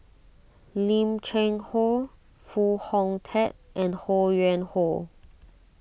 Lim Cheng Hoe Foo Hong Tatt and Ho Yuen Hoe